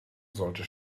sollte